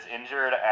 injured